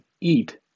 eat